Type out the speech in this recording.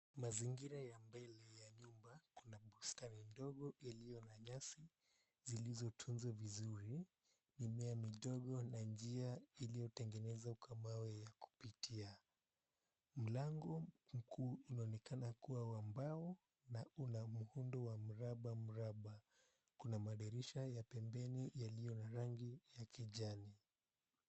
Mazingira ya mbele ya nyumba kuna posta ndogo iliyo na nyasi zilizotunzwa vizuri, mimea midogo na njia iliyotengenezwa kwa mawe ya kupitia. Mlango mkuu unaoneka kuwa wa mbao na una muundo wa mraba mraba. Kuna madirisha ya pembeni yaliyo na rangi ya kijani.